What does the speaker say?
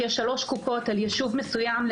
שיש שלוש קופות על יישוב מסוים,